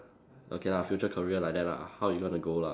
okay lah future career like that lah how you gonna go lah